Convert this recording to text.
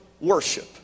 worship